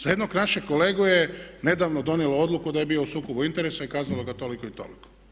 Za jednog našeg kolegu je nedavno donijelo odluku da je bio u sukobu interesa i kaznilo ga toliko i toliko.